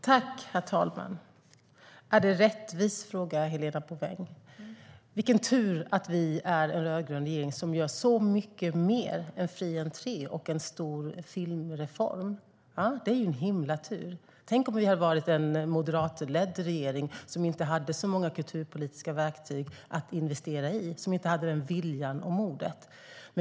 Herr talman! Är det rättvist, frågar Helena Bouveng. Vilken tur att vi är en rödgrön regering som gör så mycket mer än bara fri entré och en stor filmreform! Det är en himla tur. Tänk om vi hade varit en moderatledd regering som inte hade så många kulturpolitiska verktyg att investera i och som inte hade den viljan och modet?